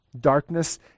Darkness